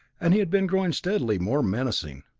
and he had been growing steadily more menacing.